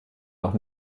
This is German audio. noch